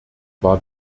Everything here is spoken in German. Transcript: war